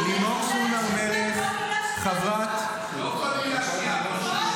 לימור סון הר מלך, חברת --- כל מילה שנייה שלך.